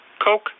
Coke